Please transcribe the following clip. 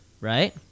right